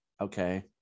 okay